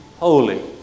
holy